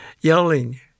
yelling